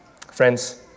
Friends